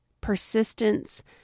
persistence